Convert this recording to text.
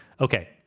Okay